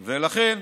ולכן,